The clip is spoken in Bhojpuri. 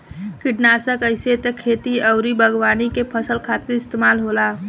किटनासक आइसे त खेती अउरी बागवानी के फसल खातिर इस्तेमाल होला